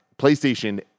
PlayStation